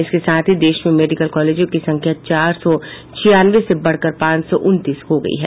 इसके साथ ही देश में मेडिकल कॉलेजों की संख्या चार सौ छियानवे से बढ़कर पांच सौ उनतीस हो गयी है